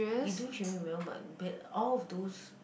you do treat me well but bad all of those